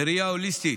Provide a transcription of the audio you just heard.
בראייה הוליסטית